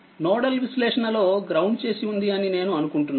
nodal విశ్లేషణ లో ground చేసి వుంది అని నేను అనుకుంటున్నాను